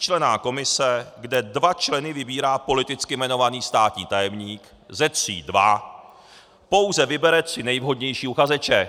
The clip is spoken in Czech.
Tříčlenná komise, kde dva členy vybírá politicky jmenovaný státní tajemník, ze tří dva, pouze vybere tři nejvhodnější uchazeče.